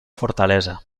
fortalesa